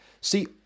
See